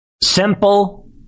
Simple